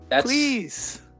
please